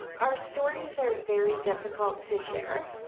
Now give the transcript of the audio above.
our stories are very difficult to share.